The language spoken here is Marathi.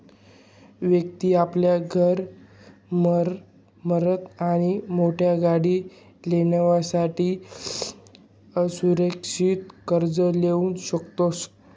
व्यक्ति आपला घर नी मरम्मत आणि मोठी गाडी लेवासाठे असुरक्षित कर्ज लीऊ शकस